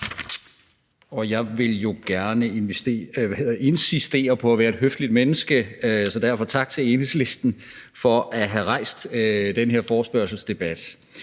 Jeg vil jo gerne insistere på at være et høfligt menneske, så derfor tak til Enhedslisten for at have rejst den her forespørgselsdebat.